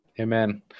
Amen